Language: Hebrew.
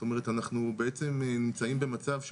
זאת אומרת אנחנו בעצם נמצאים במצב,